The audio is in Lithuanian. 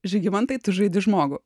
žygimantai tu žaidi žmogų